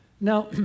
Now